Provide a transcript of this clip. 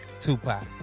Tupac